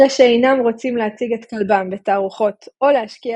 אלה שאינם רוצים להציג את כלבם בתערוכות או להשקיע